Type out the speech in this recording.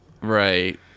Right